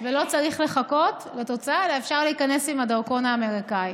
ולא צריך לחכות לתוצאה אלא אפשר להיכנס עם הדרכון האמריקאי.